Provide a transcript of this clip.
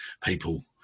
people